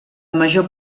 major